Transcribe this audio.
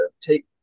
take